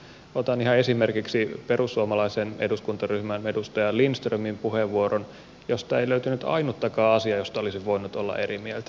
otan ihan esimerkiksi perussuomalaisen eduskuntaryhmän edustaja lindströmin puheenvuoron josta ei löytynyt ainuttakaan asiaa josta olisin voinut olla eri mieltä